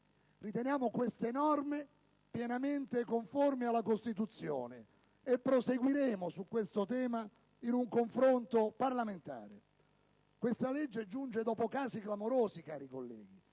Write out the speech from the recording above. Riteniamo queste norme pienamente conformi alla Costituzione e proseguiremo su questo tema in un confronto parlamentare. Il presente disegno di legge giunge dopo casi clamorosi, cari colleghi,